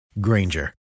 Granger